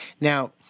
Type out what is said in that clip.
Now